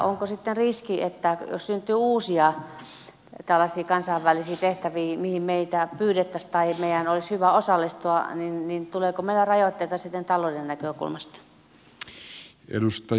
onko sitten se riski että jos syntyy uusia tällaisia kansainvälisiä tehtäviä mihin meitä pyydettäisiin tai meidän olisi hyvä osallistua niin meille tulee rajoitteita sitten talouden näkökulmasta